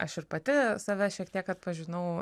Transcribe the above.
aš ir pati save šiek tiek atpažinau